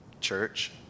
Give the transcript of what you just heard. church